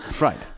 Right